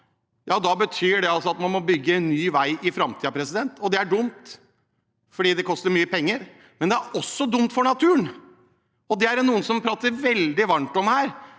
på, betyr det at man må bygge ny vei i framtiden. Det er dumt, for det koster mye penger, og det er også dumt for naturen. Den er det noen som prater veldig varmt om her,